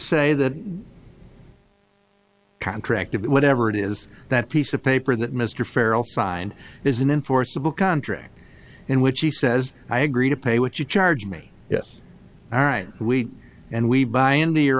say that contract it whatever it is that piece of paper that mr farrell signed is an enforceable contract in which he says i agree to pay what you charge me yes all right we and we buy into your